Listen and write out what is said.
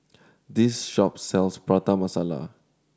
this shop sells Prata Masala